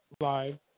live